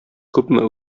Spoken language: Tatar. күпме